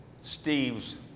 Steve's